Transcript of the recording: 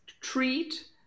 treat